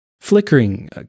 flickering